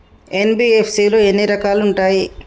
NBFC లో ఎన్ని రకాలు ఉంటాయి?